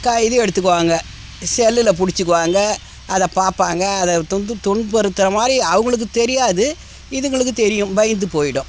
கா இது எடுத்துக்குவாங்க செல்லில் பிடிச்சிக்குவாங்க அதை பார்ப்பாங்க அதை துன்புறுத்துகிற மாதிரி அவங்களுக்குத் தெரியாது இதுங்களுக்கு தெரியும் பயந்து போய்விடும்